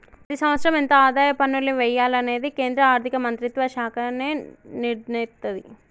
ప్రతి సంవత్సరం ఎంత ఆదాయ పన్నుల్ని వెయ్యాలనేది కేంద్ర ఆర్ధిక మంత్రిత్వ శాఖే నిర్ణయిత్తది